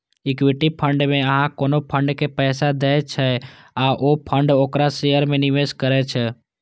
equity fund मे अहां कोनो फंड के पैसा दै छियै आ ओ फंड ओकरा शेयर मे निवेश करै छै